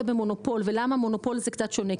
במונופול ולמה מונופול זה קצת שונה.